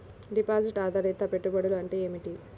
Deposit ఆధారిత పెట్టుబడులు అంటే ఏమిటి?